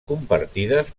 compartides